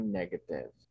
negative